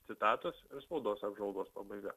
citatos spaudos apžvalgos pabaiga